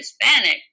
Hispanic